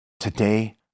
Today